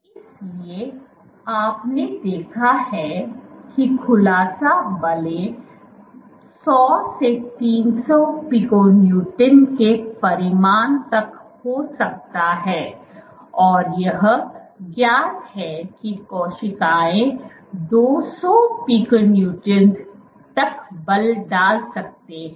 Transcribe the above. इसलिए आपने देखा है कि खुलासा बलों १०० से ३०० पिको न्यूटन के परिमाण तक हो सकता हैऔर यह ज्ञात है कि कोशिकाओं २०० पिको Newtons तक बल डाल सकते हैं